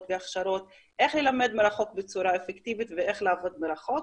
והכשרות איך ללמד מרחוק בצורה אפקטיבית ואיך לעבוד מרחוק.